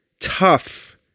tough